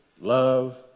Love